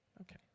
Okay